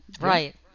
right